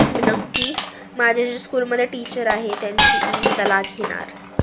मी नक्की माझ्या जे स्कूलमध्ये टीचर आहे त्यांची मी सलाह घेणार